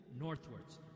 northwards